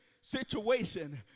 situation